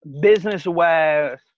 business-wise